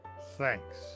Thanks